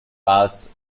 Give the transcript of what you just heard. parts